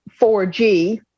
4G